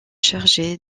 chargé